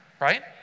right